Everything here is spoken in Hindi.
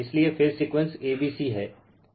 इसलिए phase sequence a b c है